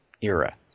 era